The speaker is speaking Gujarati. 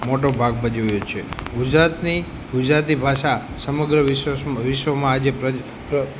મોટો ભાગ ભજવ્યો છે ગુજરાતની ગુજરાતી ભાષા સમગ્ર વિશ્વસ્વ વિશ્વમાં આજે